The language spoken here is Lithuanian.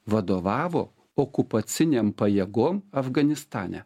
vadovavo okupacinėm pajėgom afganistane